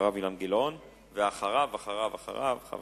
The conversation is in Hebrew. אילן גילאון וסעיד נפאע.